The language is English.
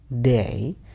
day